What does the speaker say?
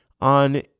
On